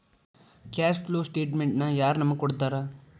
Cash flow ಸ್ಟೆಟಮೆನ್ಟನ ಯಾರ್ ನಮಗ್ ಕೊಡ್ತಾರ?